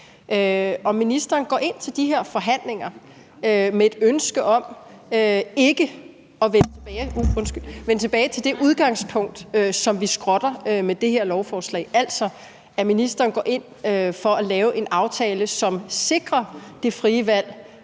om ministeren går ind til de her forhandlinger med et ønske om ikke at vende tilbage til det udgangspunkt, som vi skrotter med det her lovforslag, altså om ministeren går ind for at lave en aftale, som sikrer, at det frie valg